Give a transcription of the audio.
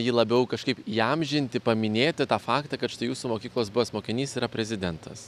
jį labiau kažkaip įamžinti paminėti tą faktą kad štai jūsų mokyklos buvęs mokinys yra prezidentas